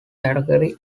category